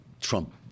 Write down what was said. Trump